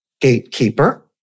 gatekeeper